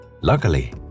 Luckily